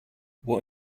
what